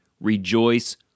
rejoice